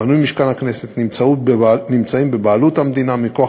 בנוי משכן הכנסת נמצאים בבעלות המדינה מכוח